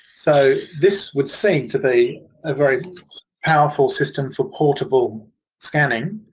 so this would seem to be a very powerful system for portable scanning,